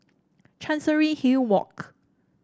Chancery Hill Walk